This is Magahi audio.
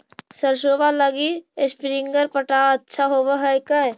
सरसोबा लगी स्प्रिंगर पटाय अच्छा होबै हकैय?